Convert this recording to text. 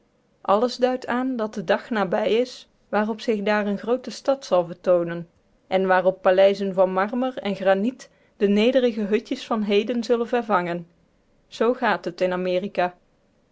alles duidt aan dat de dag nabij is waarop zich daar een groote stad zal vertoonen en waarop paleizen van marmer en graniet de nederige hutjes van heden zullen vervangen zoo gaat het in amerika